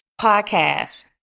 podcast